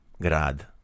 grad